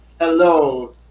Hello